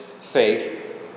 faith